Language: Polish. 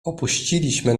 opuściliśmy